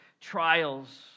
trials